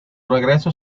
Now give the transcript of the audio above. regreso